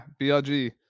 BLG